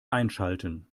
einschalten